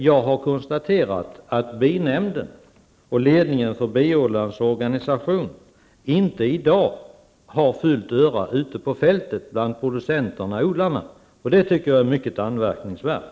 Jag har konstaterat att binämnden och ledningen för biodlarnas organisation i dag inte har fullt öra ute på fältet bland producenterna, dvs. odlarna. Jag tycker att det är anmärkningsvärt.